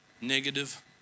negative